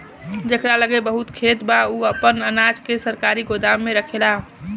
जेकरा लगे बहुत खेत बा उ आपन अनाज के सरकारी गोदाम में रखेला